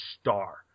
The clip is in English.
star